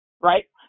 right